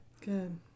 Good